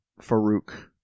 Farouk